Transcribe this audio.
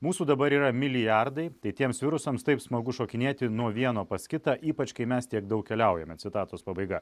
mūsų dabar yra milijardai tai tiems virusams taip smagu šokinėti nuo vieno pas kitą ypač kai mes tiek daug keliaujame citatos pabaiga